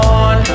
on